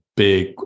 big